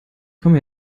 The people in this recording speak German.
komme